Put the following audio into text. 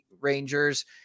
Rangers